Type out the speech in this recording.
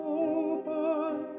open